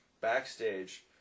backstage